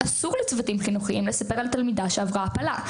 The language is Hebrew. אסור לצוותים חינוכיים לספר על תלמידה שעברה הפלה.